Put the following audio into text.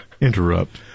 interrupt